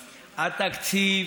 התקציב,